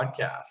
podcast